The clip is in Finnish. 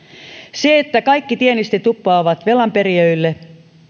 se että kaikki tienestit uppoavat velanperijöille